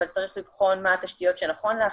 אבל צריך לבחון מה התשתיות שנכון להכניס.